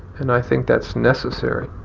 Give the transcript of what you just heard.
and i think that's necessary.